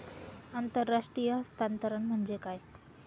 आंतरराष्ट्रीय हस्तांतरण म्हणजे काय?